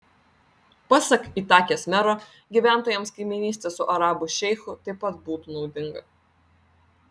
pasak itakės mero gyventojams kaimynystė su arabų šeichu taip pat būtų naudinga